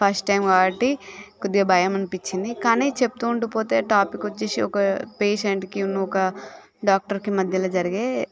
first time కాబట్టి కొద్దిగా భయం అనిపించింది కానీ చెప్తూ ఉండిపోతే టాపిక్ వచ్చేసి ఒక పేషెంట్కిను ఒక డాక్టర్కి మధ్యలో జరిగే